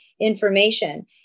information